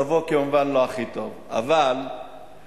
מצבו כמובן לא הכי טוב, אבל אצלנו,